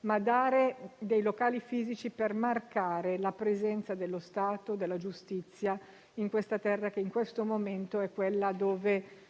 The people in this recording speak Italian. ma di fornire dei locali fisici per marcare la presenza dello Stato e della giustizia in una terra che, in questo momento, è quella dove